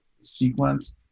sequence